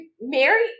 Mary